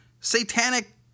satanic